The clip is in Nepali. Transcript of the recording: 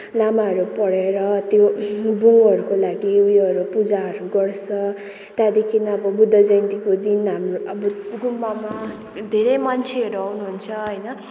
लामाहरू पढेर त्यो बुमहरूको लागि उयोहरू पूजाहरू गर्छ त्यहाँदेखि अब बुद्ध जयन्तीको दिन हाम्रो अब गुम्बामा धेरै मान्छेहरू आउनुहुन्छ होइन